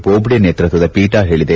ಬೋಬ್ಡೆ ನೇತೃತ್ವದ ಪೀಠ ಹೇಳಿದೆ